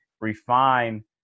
refine